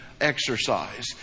exercise